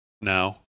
Now